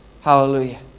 Hallelujah